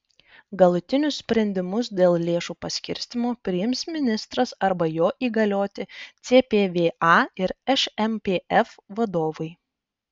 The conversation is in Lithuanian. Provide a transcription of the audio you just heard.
galutinius sprendimus dėl lėšų paskirstymo priims ministras arba jo įgalioti cpva ir šmpf vadovai